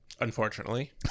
Unfortunately